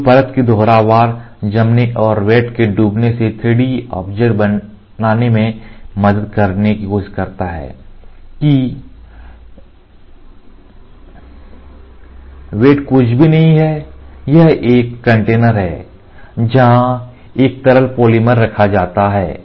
तो परत के दोहरावदार जमने और वैट के डूबने से 3D ऑब्जेक्ट बनाने में मदद करने की कोशिश करता है कि वैट कुछ भी नहीं है यह एक कंटेनर है जहां एक तरल पॉलीमर रखा होता है